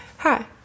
Hi